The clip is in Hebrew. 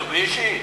"מיצובישי"?